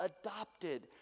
Adopted